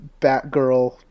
Batgirl